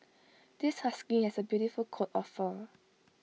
this husky has A beautiful coat of fur